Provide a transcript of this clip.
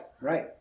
right